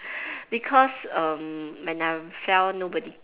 because when I'm fell nobody